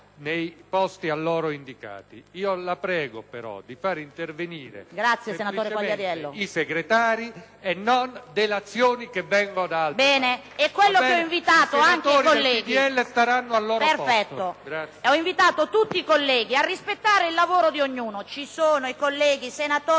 Grazie, senatore Quagliariello.